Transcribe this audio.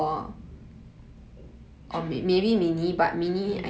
ya